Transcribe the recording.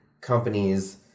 companies